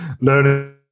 learning